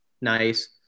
nice